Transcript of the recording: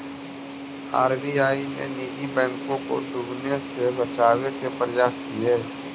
RBI ने निजी बैंकों को डूबने से बचावे के प्रयास किए